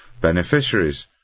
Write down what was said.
beneficiaries